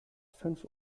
fünf